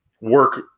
work